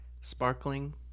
sparkling